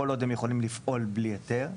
כל עוד הם יכולים לפעול בלי היתר,